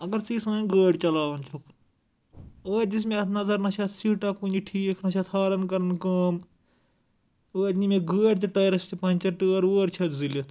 اگر ژٕ یہِ سٲنۍ گٲڑۍ چَلاوان چھُکھ ٲدۍ دِژ مےٚ اَتھ نظر نہ چھِ اَتھ سیٖٹا کُنہِ ٹھیٖک نہ چھِ اَتھ ہارَن کَران کٲم ٲدۍ نیٖی مےٚ گٲڑۍ تہِ ٹَایرَس تہِ پنچَر ٹٲر وٲر چھِ اَتھ زٕلِتھ